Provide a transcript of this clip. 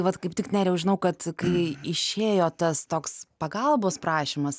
vat kaip tik nerijau žinau kad kai išėjo tas toks pagalbos prašymas